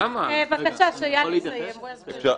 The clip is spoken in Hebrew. שאיל יסיים, הוא יסביר.